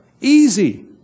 Easy